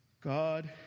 god